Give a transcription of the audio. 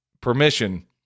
permission